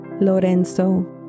Lorenzo